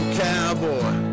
cowboy